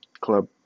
Club